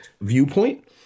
viewpoint